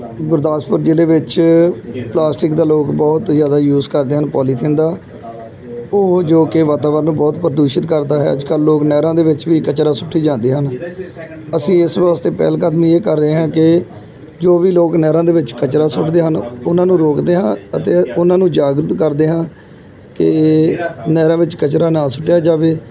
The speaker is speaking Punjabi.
ਗੁਰਦਾਸਪੁਰ ਜ਼ਿਲ੍ਹੇ ਵਿੱਚ ਪਲਾਸਟਿਕ ਦਾ ਲੋਕ ਬਹੁਤ ਜ਼ਿਆਦਾ ਯੂਜ ਕਰਦੇ ਹਨ ਪੋਲੀਥੀਨ ਦਾ ਉਹ ਜੋ ਕਿ ਵਾਤਾਵਰਨ ਨੂੰ ਬਹੁਤ ਪ੍ਰਦੂਸ਼ਿਤ ਕਰਦਾ ਹੈ ਅੱਜ ਕੱਲ੍ਹ ਲੋਕ ਨਹਿਰਾਂ ਦੇ ਵਿੱਚ ਵੀ ਕਚਰਾ ਸੁੱਟੀ ਜਾਂਦੇ ਹਨ ਅਸੀਂ ਇਸ ਵਾਸਤੇ ਪਹਿਲ ਕਦਮੀ ਇਹ ਕਰ ਰਹੇ ਹਾਂ ਕਿ ਜੋ ਵੀ ਲੋਕ ਨਹਿਰਾਂ ਦੇ ਵਿੱਚ ਕਚਰਾ ਸੁੱਟਦੇ ਹਨ ਉਹਨਾਂ ਨੂੰ ਰੋਕਦੇ ਹਾਂ ਅਤੇ ਉਹਨਾਂ ਨੂੰ ਜਾਗਰੂਤ ਕਰਦੇ ਹਾਂ ਕਿ ਨਹਿਰਾਂ ਵਿੱਚ ਕਚਰਾ ਨਾ ਸੁੱਟਿਆ ਜਾਵੇ